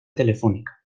telefónica